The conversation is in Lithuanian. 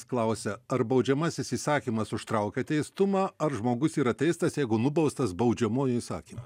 klausia ar baudžiamasis įsakymas užtraukia teistumą ar žmogus yra teistas jeigu nubaustas baudžiamuoju įsakymu